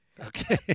Okay